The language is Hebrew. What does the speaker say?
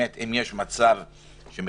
אם יש מצב מורכב,